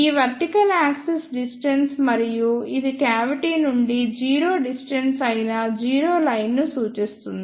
ఈ vertical axis distance మరియు ఇది క్యావిటీ నుండి జీరో డిస్టెన్స్ అయిన జీరో లైన్ ను సూచిస్తుంది